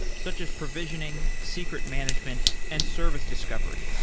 such as provisioning, secret management and service discovery.